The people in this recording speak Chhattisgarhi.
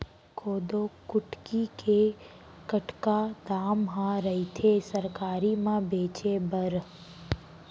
कोदो कुटकी के कतका दाम ह रइथे सरकारी म बेचे बर?